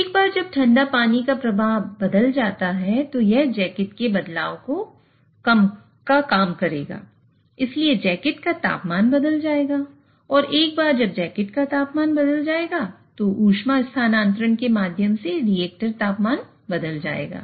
एक बार जब ठंडा पानी का प्रवाह बदल जाता है तो यह इस जैकेट में बदलाव का काम करेगा इसलिए जैकेट का तापमान बदल जाएगा और एक बार जब जैकेट का तापमान बदल जाएगा तो ऊष्मा स्थानांतरण के माध्यम से रिएक्टर तापमान बदल जाएगा